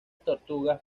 tortugas